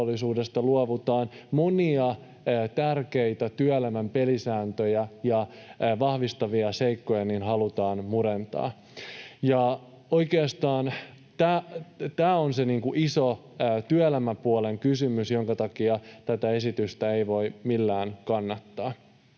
luovutaan. Monia tärkeitä työelämän pelisääntöjä vahvistavia seikkoja halutaan murentaa. Oikeastaan tämä on se iso työelämäpuolen kysymys, jonka takia tätä esitystä ei voi millään kannattaa.